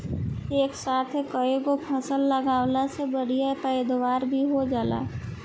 एक साथे कईगो फसल लगावला से बढ़िया पैदावार भी हो जाला